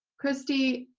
kristy,